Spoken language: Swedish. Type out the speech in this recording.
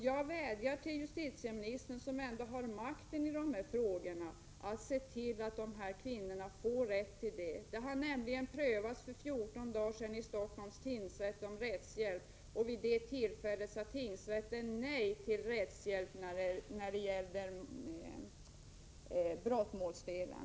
Jag vädjar till justitieministern, som ändå har makten i dessa frågor, att se till att de berörda kvinnorna får rätt till målsägandebiträde. Saken har nämligen för 14 dagar sedan prövats vid Stockholms tingsrätt i ett mål som gällde rättshjälp. Vid det tillfället sade tingsrätten nej till rättshjälp när det gällde brottmålsdelen.